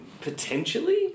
potentially